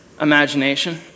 imagination